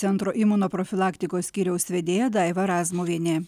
centro imunoprofilaktikos skyriaus vedėja daiva razmuvienė